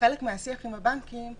כחלק מהשיח עם הבנקים,